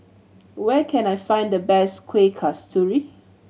where can I find the best Kueh Kasturi